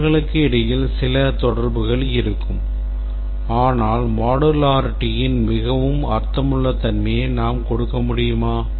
moduleகளுக்கு இடையில் சில தொடர்புகள் இருக்கும் ஆனால் modularityன் மிகவும் அர்த்தமுள்ள தன்மையை நாம் கொடுக்க முடியுமா